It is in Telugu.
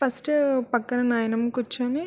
ఫస్టు పక్కన నాయనమ్మ కూర్చోని